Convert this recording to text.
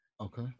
Okay